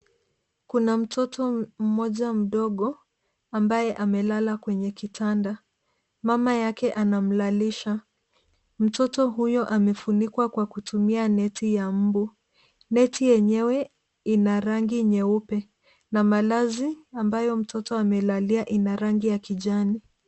Kuna mtoto mmoja mdogo ambaye amelala kwenye kitanda. Mama yake anamlalisha. Mtoto huyo amefunikwa kwa kutumia neti ya mbu. Neti yenyewe ina rangi nyeupe na malazi ambayo mtoto amelalia ina rangi ya kijani.